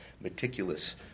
meticulous